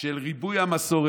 של ריבוי המסורת,